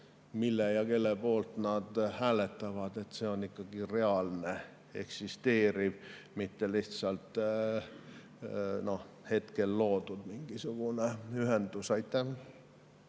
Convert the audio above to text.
mille ja kelle poolt nad hääletavad, on ikkagi reaalne ja eksisteeriv, mitte lihtsalt hetkeks loodud mingisugune ühendus. Mart